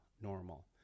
normal